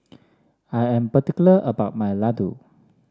I am particular about my Laddu